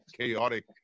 chaotic